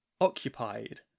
occupied